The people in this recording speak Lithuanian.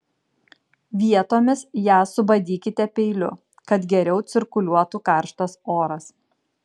vietomis ją subadykite peiliu kad geriau cirkuliuotų karštas oras